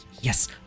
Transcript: Yes